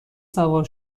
سوار